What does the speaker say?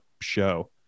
show